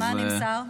מה נמסר?